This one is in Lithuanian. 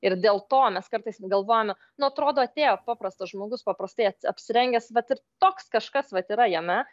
ir dėl to mes kartais galvojame nu atrodo atėjo paprastas žmogus paprastai apsirengęs vat ir toks kažkas vat yra jame